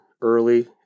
early